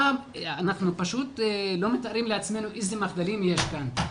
אנחנו פשוט לא מתארים לעצמנו איזה מחדלים יש כאן.